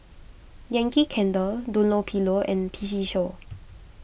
Yankee Candle Dunlopillo and P C Show